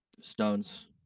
Stones